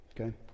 okay